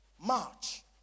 March